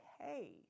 okay